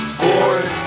boy